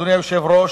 אדוני היושב-ראש,